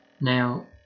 now